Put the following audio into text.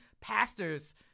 pastors